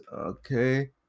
Okay